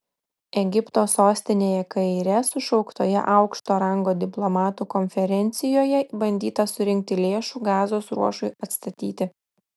egipto sostinėje kaire sušauktoje aukšto rango diplomatų konferencijoje bandyta surinkti lėšų gazos ruožui atstatyti